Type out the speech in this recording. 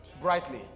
brightly